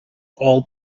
all